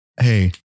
hey